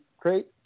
great